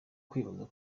kwibazwa